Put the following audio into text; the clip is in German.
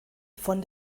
von